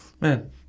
man